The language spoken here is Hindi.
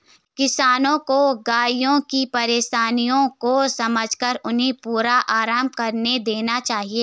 किसानों को गायों की परेशानियों को समझकर उन्हें पूरा आराम करने देना चाहिए